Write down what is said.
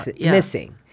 missing